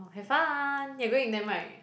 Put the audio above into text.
oh have fun you're going with them [right]